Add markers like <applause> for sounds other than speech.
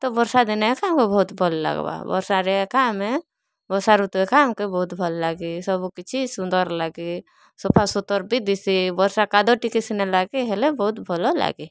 ତ ବର୍ଷା ଦିନେ <unintelligible> ବହୁତ ଭଲ ଲାଗ୍ବା ବର୍ଷାରେ ଏକା ଆମେ ବର୍ଷା ଋତୁ ଏକା ଆମ୍କେ ବହୁତ ଭଲ ଲାଗେ ସବୁ କିଛି ସୁନ୍ଦର୍ ଲାଗେ ସଫା ସୁତର୍ ବି ଦିଶେ ବର୍ଷା କାଦ ଟିକେ ସିନା ଲାଗେ ହେଲେ ବହୁତ ଭଲ ଲାଗେ